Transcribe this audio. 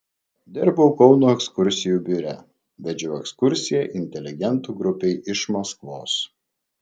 dirbau kauno ekskursijų biure vedžiau ekskursiją inteligentų grupei iš maskvos